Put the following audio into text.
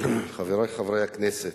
חברי חברי הכנסת,